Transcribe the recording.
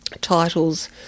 titles